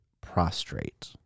prostrate